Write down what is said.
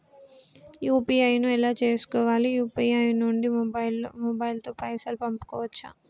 UPI ను ఎలా చేస్కోవాలి యూ.పీ.ఐ నుండి మొబైల్ తో పైసల్ పంపుకోవచ్చా?